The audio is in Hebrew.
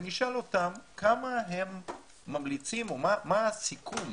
ונשאל אותם כמה הם ממליצים או מה הסיכוי